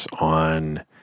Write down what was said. on